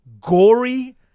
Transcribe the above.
gory